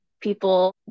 people